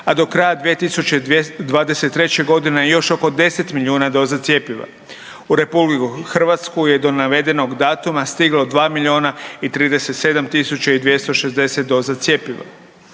a do kraja 2023. g. još oko 10 milijuna doza cjepiva. U RH je do navedenog datuma stiglo 2 037 260 doza cjepiva.